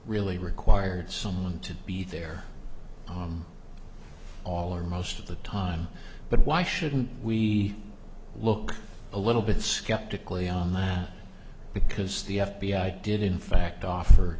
really required someone to be there all or most of the time but why shouldn't we look a little bit skeptically on that because the f b i did in fact offer